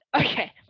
Okay